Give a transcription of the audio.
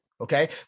Okay